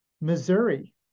Missouri